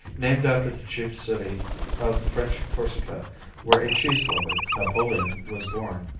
named after the chief city of french corsica where a cheese-lover, napoleon, was born.